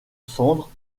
sambre